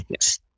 Yes